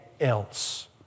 else